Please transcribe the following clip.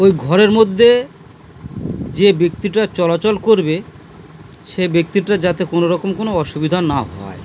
ওই ঘরের মধ্যে যে ব্যক্তিটা চলাচল করবে সে ব্যক্তিটা যাতে কোনোরকম কোনো অসুবিধা না হয়